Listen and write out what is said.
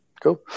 Cool